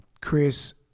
Chris